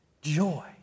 joy